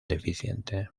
deficiente